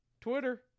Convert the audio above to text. Twitter